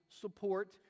support